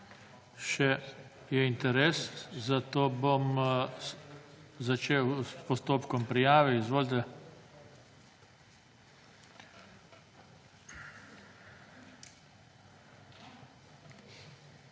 Še je interes, zato bom začel s postopkom prijave. Izvolite.